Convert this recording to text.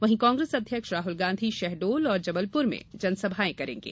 वहीं कांग्रेस अध्यक्ष राहुल गांधी शहडोल और जबलपुर में जनसभाएं करेंगे